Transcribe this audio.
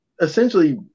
essentially